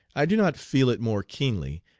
i do not feel it more keenly,